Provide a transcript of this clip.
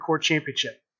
Championship